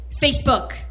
Facebook